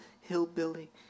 hillbilly